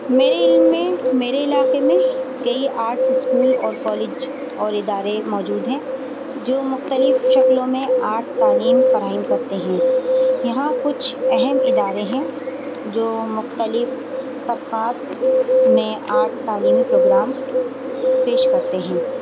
میرے علم میں میرے علاقے میں کئی آرٹس اسکول اور کالج اور ادارے موجود ہیں جو مختلف شکلوں میں آرٹ تعلیم فراہم کرتے ہیں یہاں کچھ اہم ادارے ہیں جو مختلف طبقات میں آرٹ تعلیمی پروگرام پیش کرتے ہیں